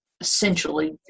essentially